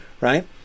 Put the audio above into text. Right